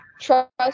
trust